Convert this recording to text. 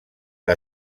que